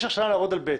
יש לך שנה לעבוד על ב'.